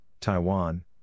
Taiwan